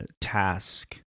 task